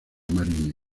marine